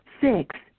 six